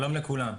שלום לכולם.